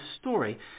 story